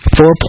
four